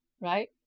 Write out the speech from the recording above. right